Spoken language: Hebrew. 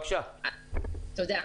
קודם כול,